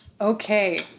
Okay